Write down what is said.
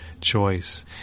choice